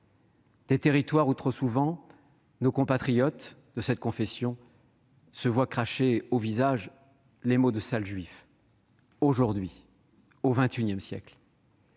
des territoires où trop souvent nos compatriotes de confession juive se voient cracher au visage les mots de « sale juif »- aujourd'hui, au XXI siècle